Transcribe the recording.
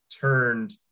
turned